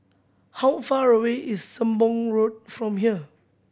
how far away is Sembong Road from here